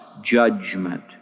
judgment